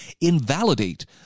invalidate